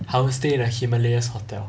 I will stay in the himalayas hotel